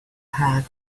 have